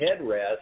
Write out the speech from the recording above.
headrest